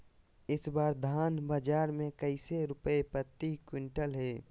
इस बार धान बाजार मे कैसे रुपए प्रति क्विंटल है?